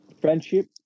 friendship